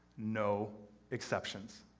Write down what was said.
no exceptions.